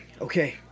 okay